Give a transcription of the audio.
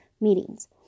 meetings